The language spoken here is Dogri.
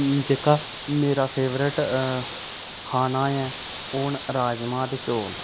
जेह्का मेरा फेवरेट खाना ऐ ओह न राजमां ते चौल